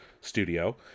studio